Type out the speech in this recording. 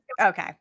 Okay